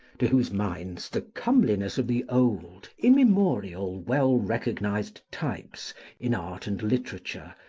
to whose minds the comeliness of the old, immemorial, well-recognised types in art and literature,